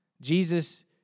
Jesus